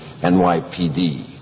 NYPD